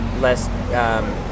less